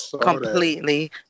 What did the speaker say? completely